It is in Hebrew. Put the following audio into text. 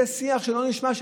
זה שיח שלא נשמע.